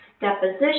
deposition